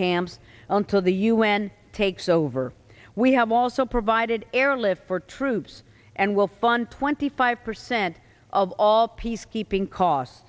camps until the u n takes over we have also provided airlift for troops and will fund twenty five percent of all peacekeeping costs